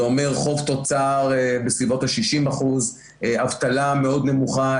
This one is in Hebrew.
זה אומר: חוב-תוצר בסביבות ה-60%; אבטלה מאוד נמוכה,